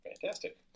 fantastic